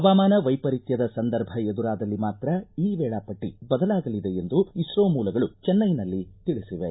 ಹವಾಮಾನ ವೈಪರೀತ್ವದ ಸಂದರ್ಭ ಎದುರಾದಲ್ಲಿ ಮಾತ್ರ ಈ ವೇಳಾಪಟ್ಟ ಬದಲಾಗಲಿದೆ ಎಂದು ಇಸ್ತೋ ಮೂಲಗಳು ಚೆನ್ನೈನಲ್ಲಿ ತಿಳಿಸಿವೆ